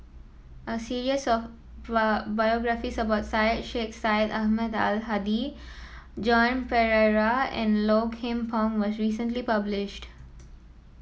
a series of biographies about Syed Sheikh Syed Ahmad Al Hadi Joan Pereira and Low Kim Pong was recently published